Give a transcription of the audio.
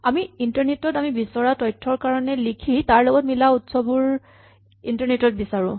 আমি ইন্টাৰনেট ত আমি বিচৰা তথ্যৰ কাৰণে লিখি তাৰ লগত মিলা উৎসবোৰ ইন্টাৰনেট ত বিচাৰো